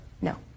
No